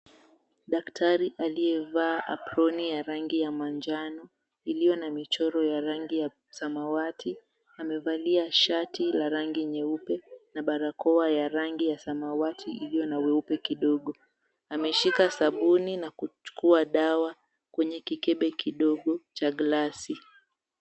Daktaria aliyevaa aproni ya rangi ya manjano iliyo na michoro ya rangi ya samawati. Amevalia shati la rangi nyeupe na barakoa ya rangi ya samawati iliyona weupe kidogo. Ameshika sabuni na kuchukua dawa kwenye kikebe kidogo cha glasi.